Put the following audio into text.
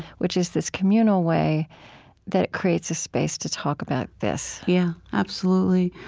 which is this communal way that creates a space to talk about this yeah. absolutely.